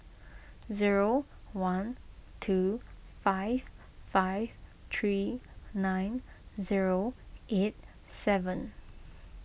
zero one two five five three nine zero eight seven